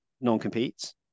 non-competes